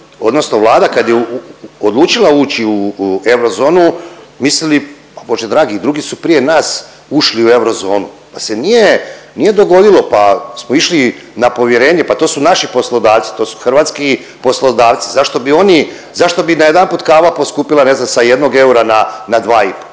odnosno Vlada kada je odlučila ući u eurozonu mislili, a Bože dragi, i drugi su prije nas ušli u eurozonu pa se nije, nije dogodilo, pa smo išli na povjerenje, pa to su naši poslodavci, to su hrvatski poslodavci, zašto bi oni, zašto bi najedanput kava poskupila, ne znam, sa jednog eura na 2,5? Ali